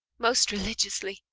most religiously.